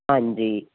ਹਾਂਜੀ